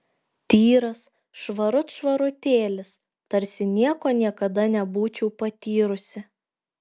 tyras švarut švarutėlis tarsi nieko niekada nebūčiau patyrusi